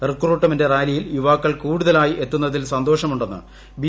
recruitment റാലിയിൽ യുവാക്കൾ കൂടുതലായി എത്തുന്നതിൽ സന്തോഷമുന്നെ് ബി